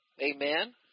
amen